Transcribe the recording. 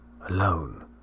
Alone